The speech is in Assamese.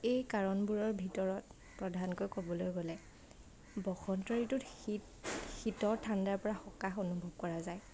এই কাৰণবোৰৰ ভিতৰত প্ৰধানকৈ ক'বলৈ গ'লে বসন্ত ঋতুত শীত শীতৰ ঠাণ্ডাৰ পৰা সকাহ অনুভৱ কৰা যায়